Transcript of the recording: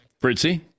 Fritzy